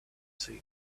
seen